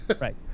right